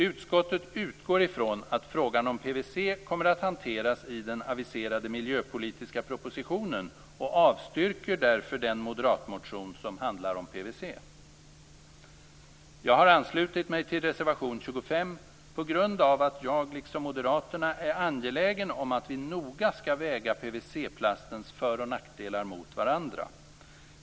Utskottet utgår ifrån att frågan om PVC kommer att hanteras i den aviserade miljöpolitiska propositionen och avstyrker därför den moderatmotion som handlar om PVC. Jag har anslutit mig till reservation nr 25 på grund av att jag liksom moderaterna är angelägen om att vi noga skall väga PVC-plastens för och nackdelar mot varandra.